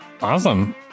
Awesome